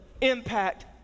impact